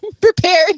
prepared